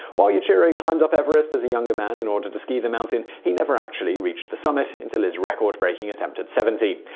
while yuichiro climbed up everest as a younger man in order to ski the mountain, he never actually reached the summit until his record-breaking attempt at seventy.